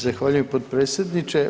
Zahvaljujem potpredsjedniče.